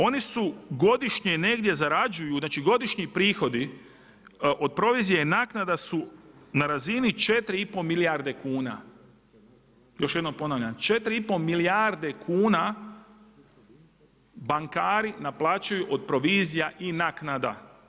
Oni su godišnje negdje zarađuju, znači godišnji prihodi od provizija i naknada su na razini 4,5 milijarde kuna, još jednom ponavljam 4,5 milijarde kuna bankari naplaćuju od provizija i naknada.